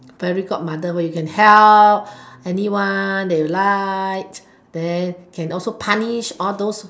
fairy godmother where you can help anyone that you like then can also punish all those